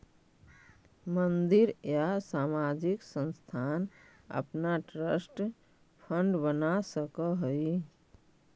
मंदिर या सामाजिक संस्थान अपना ट्रस्ट फंड बना सकऽ हई